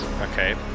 Okay